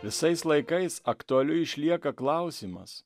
visais laikais aktualiu išlieka klausimas